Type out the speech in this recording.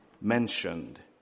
mentioned